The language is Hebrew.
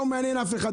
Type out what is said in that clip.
לא מעניין אף אחד,